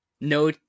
no